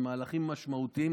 במהלכים משמעותיים,